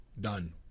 done